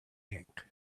ink